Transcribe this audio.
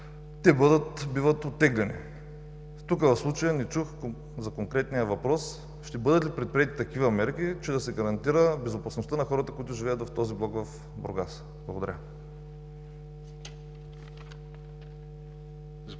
те биват оттеглени. С случая по конкретния въпрос не чух: ще бъдат ли предприети такива мерки, че да се гарантира безопасността на хората, които живеят в този блок в Бургас? Благодаря